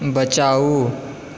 बचाउ